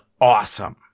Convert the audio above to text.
awesome